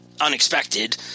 unexpected